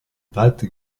bad